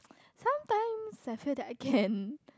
sometimes I feel that I can